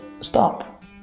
stop